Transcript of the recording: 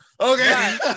okay